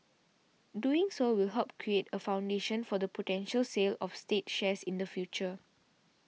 doing so will help create a foundation for the potential sale of state shares in the future